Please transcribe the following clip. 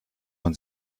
man